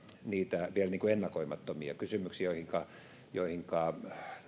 niitä vielä ennakoimattomia kysymyksiä joihinka joihinka